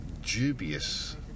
dubious